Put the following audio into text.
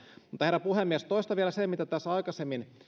herra puhemies toistan vielä sen mistä tässä aikaisemmin